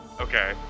Okay